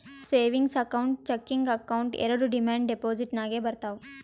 savings account, checking account ಎರೆಡು demand deposit ನಾಗೆ ಬರ್ತಾವ್